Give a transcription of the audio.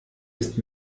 ist